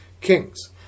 kings